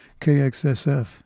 KXSF